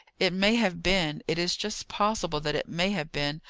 it may have been, it is just possible that it may have been,